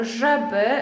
żeby